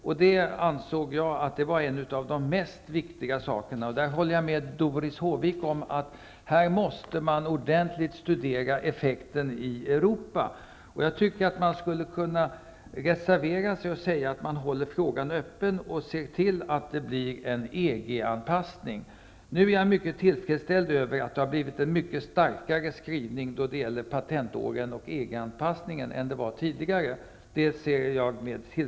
Jag anser att det är en av de viktigaste sakerna. Där håller jag med Doris Håvik om att man här måste studera effekten i Europa ordentligt. Man skulle kunna reservera sig och hålla frågan öppen och se till att det blir en EG-anpassning. Jag ser med tillfredsställelse att det har blivit en mycket starkare skrivning när det gäller patentåren och EG anpassningen än det var tidigare.